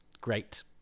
great